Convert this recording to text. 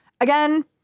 again